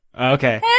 Okay